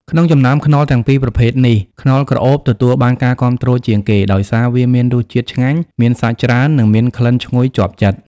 ក្នុងចំណោមខ្នុរទាំងពីរប្រភេទនេះ ខ្នុរក្រអូប ទទួលបានការគាំទ្រជាងគេ ដោយសារវាមានរសជាតិឆ្ងាញ់ មានសាច់ច្រើន និងមានក្លិនឈ្ងុយជាប់ចិត្ត។